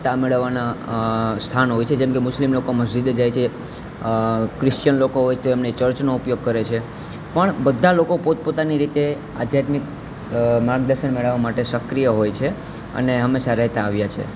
તા મેળવવાનાં સ્થાન હોય છે જેમ કે મુસ્લિમ લોકો મસ્જિદે જાય છે ક્રિશ્ચિયન લોકો હોય તો એમને ચર્ચનો ઉપયોગ કરે છે પણ બધાં લોકો પોતપોતાની રીતે આધ્યાત્મિક માર્ગદર્શન મેળવવાં માટે સક્રિય હોય છે અને હંમેશા રહેતાં આવ્યાં છે